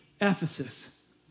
Ephesus